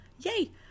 yay